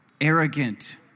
arrogant